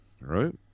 right